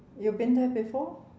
you've been there before